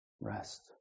rest